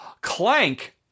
Clank